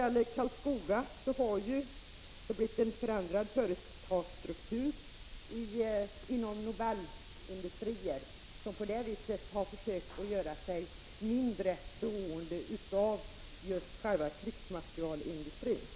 I Karlskoga har företagsstrukturen förändrats genom Nobel Industriers försök att göra sig mindre beroende av just krigsmaterielindustrin.